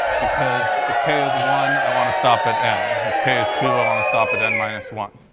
because if k is one, i want to stop at n. if k is two, i want to stop at n minus one.